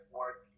work